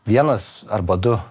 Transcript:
vienas arba du